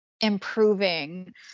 improving